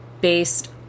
based